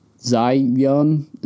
Zion